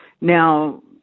now